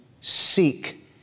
seek